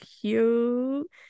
cute